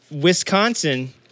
Wisconsin